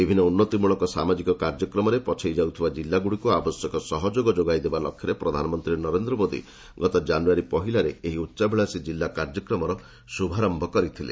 ବିଭିନ୍ନ ଉନ୍ନତିମୂଳକ ସାମାଜିକ କାର୍ଯ୍ୟକ୍ରମରେ ପଛେଇ ଯାଉଥିବା ଜିଲ୍ଲାଗୁଡ଼ିକୁ ଆବଶ୍ୟକ ସହଯୋଗ ଯୋଗାଇ ଦେବା ଲକ୍ଷ୍ୟରେ ପ୍ରଧାନମନ୍ତ୍ରୀ ନରେନ୍ଦ୍ର ମୋଦୀ ଗତ ଜାନୁୟାରୀ ପହିଲାରେ ଏହି ଉଚ୍ଚାଭିଳାଷୀ ଜିଲ୍ଲା କାର୍ଯ୍ୟକ୍ରମର ଶୁଭାରମ୍ଭ କରିଥିଲେ